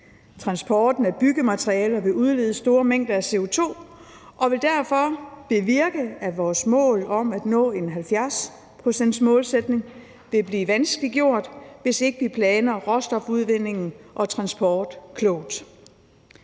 Transporten af byggematerialer vil udlede store mængder af CO2 og vil derfor bevirke, at vores mål om at nå en 70-procentsmålsætning vil blive vanskeliggjort, hvis ikke vi planlægger råstofudvinding og transport klogt.